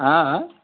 আ আ